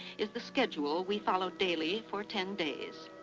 is the schedule we followed daily for ten days.